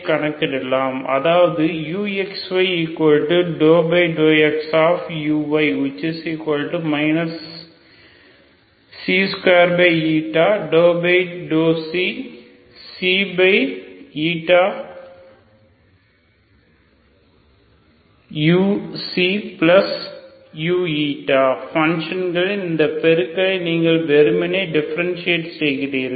கணக்கிடலாம் அதாவது uxy∂xuy 2uu பங்க்ஷன்களின் இந்த பெருக்கலை நீங்கள் வெறுமனே டிஃபரண்ஷியேட் செய்கிறீர்கள்